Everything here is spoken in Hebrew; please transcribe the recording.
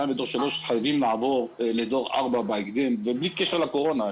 ודור 3 חייבים לעבור לדור 4 בהקדם בלי קשר לקורונה,